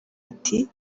ati